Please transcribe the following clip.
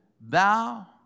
Thou